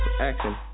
action